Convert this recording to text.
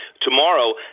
tomorrow